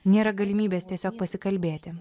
nėra galimybės tiesiog pasikalbėti